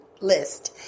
list